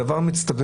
זה דבר מצטבר.